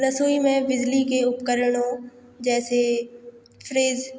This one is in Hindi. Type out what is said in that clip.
रसोई में बिजली के उपकरणों जैसे फ्रिज़